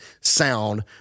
sound